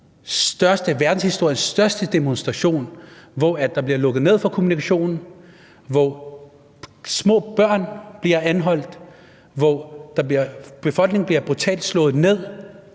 største demonstration, hvor der bliver lukket ned for kommunikationen, hvor små børn bliver anholdt, hvor befolkningen brutalt bliver slået ned,